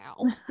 now